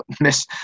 miss